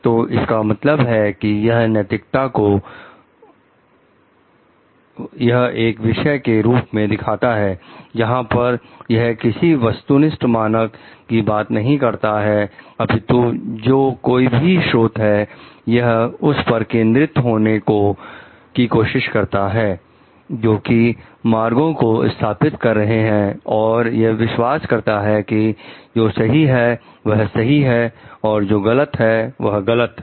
तो इसका मतलब है कि यह नैतिकता को यह एक विषय के रूप में दिखाता है जहां पर यह किसी वस्तुनिष्ठ मानक की बात नहीं करता है अपितु जो कोई भी स्रोत है यह उस पर केंद्रित होने की कोशिश करता है जोकि मांगों को स्थापित कर रहा है और यह विश्वास करता है कि जो सही है वह सही है और जो गलत है वह गलत है